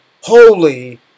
holy